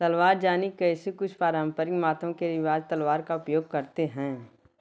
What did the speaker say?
तलवार ज़ानी जैसे कुछ पारंपरिक मातम के रिवाज तलवार का उपयोग करते हैं